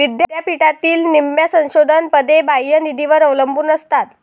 विद्यापीठातील निम्म्या संशोधन पदे बाह्य निधीवर अवलंबून असतात